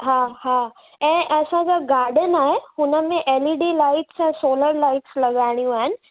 हा हा ऐं असां छा गार्डन आहे हुन में एल ई डी लाइट्स ऐं सोलर लाइट्स लॻाइणियूं आहिनि